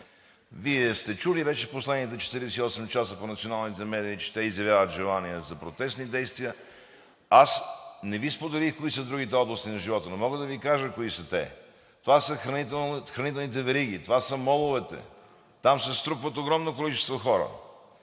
Вие сте чули вече посланията – 48 часа, по националните медии, че те изявяват желание за протестни действия. Аз не Ви споделих кои са другите области на живота, но мога да Ви кажа кои са те. Това са хранителните вериги, това са моловете, там се струпват огромно количество хора,